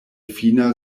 fina